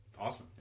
Awesome